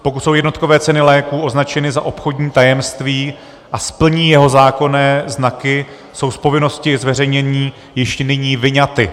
Pokud jsou jednotkové ceny léků označeny za obchodní tajemství a splní jeho zákonné znaky, jsou z povinnosti zveřejnění již nyní vyňaty.